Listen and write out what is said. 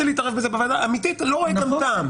לא רוצה להתערב בזה, אני לא רואה כאן טעם.